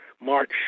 march